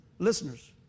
Listeners